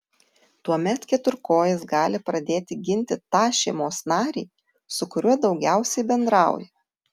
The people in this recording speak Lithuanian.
tuomet keturkojis gali pradėti ginti tą šeimos narį su kuriuo daugiausiai bendrauja